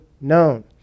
known